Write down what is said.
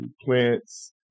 plants